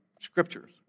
Scriptures